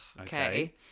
okay